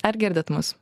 ar girdit mus